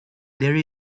there